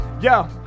Yo